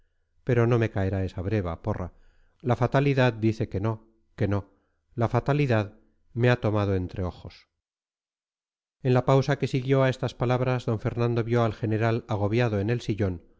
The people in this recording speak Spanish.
pero no me caerá esa breva porra la fatalidad dice que no que no la fatalidad me ha tomado entre ojos en la pausa que siguió a estas palabras d fernando vio al general agobiado en el sillón